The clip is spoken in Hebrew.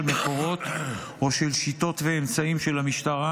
מקורות או של שיטות ואמצעים של המשטרה,